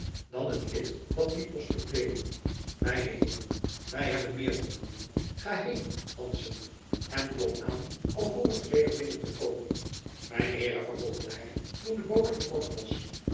dan het lid dat dien post bekleedde mijne heeren wy hebben meer te doen ga heen hanszen en klop aan alvorens weder binnen te komen mijne heeren vervolgde hy toen de bode vertrokken was